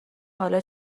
حالا